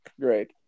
Great